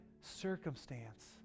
circumstance